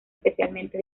especialmente